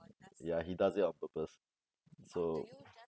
ya he does it on purpose so